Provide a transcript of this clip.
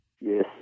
Yes